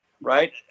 right